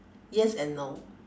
yes and no